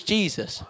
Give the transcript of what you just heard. Jesus